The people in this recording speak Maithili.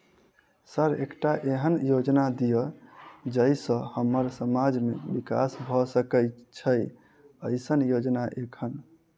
सर एकटा एहन योजना दिय जै सऽ हम्मर समाज मे विकास भऽ सकै छैय एईसन योजना एखन?